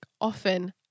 often